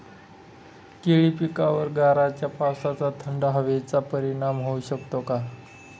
केळी पिकावर गाराच्या पावसाचा, थंड हवेचा परिणाम होऊ शकतो का?